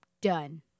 done